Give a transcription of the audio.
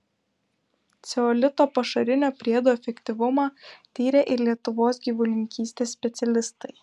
ceolito pašarinio priedo efektyvumą tyrė ir lietuvos gyvulininkystės specialistai